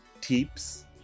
tips